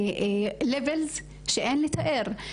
שאין לתאר.